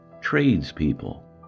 tradespeople